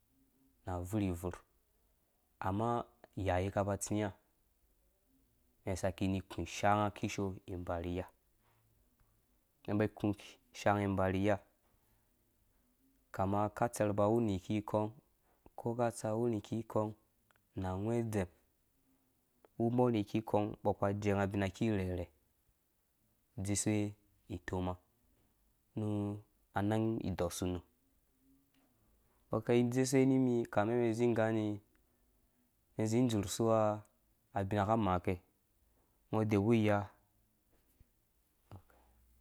Na buuribuur amma ye yaye ka ba tsiya mɛn saki ni ku ishaa nga leishoo kã ba rhi iya mɛn ba kũ shaanga ba rhi iya kama ka tsɛr ba wuni kikɔng ko ka tsa wurhi kikɔng mbɔ ba jeu abina kirherhe dzisuwe itɔma nu anang idɔsu mum mbɔ ka dzisuwe nimi kame mi zi dzor suwa abina ka maa ke ngo debu iya.